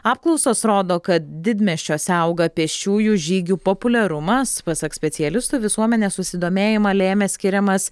apklausos rodo kad didmiesčiuose auga pėsčiųjų žygių populiarumas pasak specialistų visuomenės susidomėjimą lėmė skiriamas